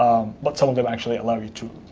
but some of them actually allow you to